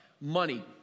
money